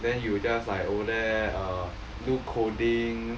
then you just like over there err do coding